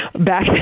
back